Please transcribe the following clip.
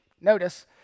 Notice